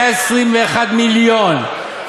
121 מיליון,